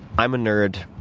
i'm a nerd.